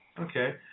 Okay